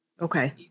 Okay